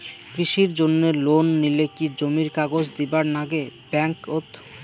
কৃষির জন্যে লোন নিলে কি জমির কাগজ দিবার নাগে ব্যাংক ওত?